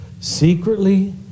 secretly